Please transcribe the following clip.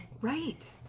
Right